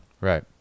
Right